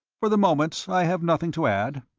for the moment i have nothing to add.